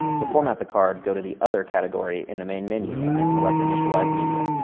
to format the card, go to the other category in the main menu, and select initialize media.